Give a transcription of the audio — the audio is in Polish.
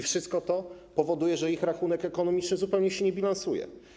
Wszystko to powoduje, że ich rachunek ekonomiczny zupełnie się nie bilansuje.